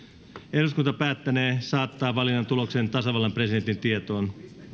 eduskunta päättänee saattaa valinnan tuloksen tasavallan presidentin tietoon